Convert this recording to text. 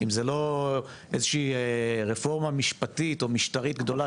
אם זה לא איזו רפורמה משפטית או משטרית גדולה,